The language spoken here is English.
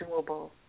doable